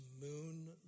moon